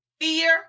Fear